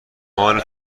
مال